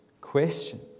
question